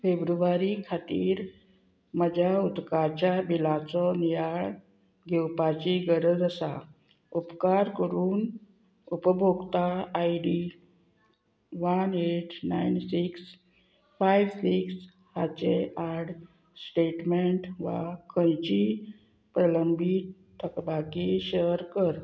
फेब्रुवारी खातीर म्हज्या उदकाच्या बिलांचो नियाळ घेवपाची गरज आसा उपकार करून उपभोकता I D one eight nine six five six हाचे आड स्टेटमेंट वा खंयची प्रलंबीत तकबाकी शॅर कर